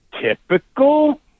typical